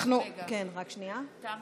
תמה